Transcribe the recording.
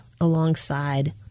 alongside